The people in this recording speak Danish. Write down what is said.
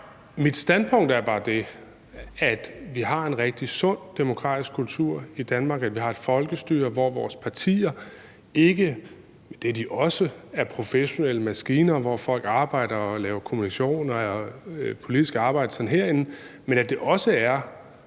mit standpunkt er bare det, at vi har en rigtig sund demokratisk kultur i Danmark, at vi har et folkestyre, hvor vores partier ikke bare – det er de også – er professionelle maskiner, hvor folk arbejder og laver kommunikation og politisk arbejde herinde, men at det også er,